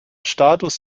status